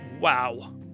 wow